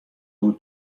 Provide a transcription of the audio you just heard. بود